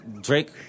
Drake